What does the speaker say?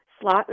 Slot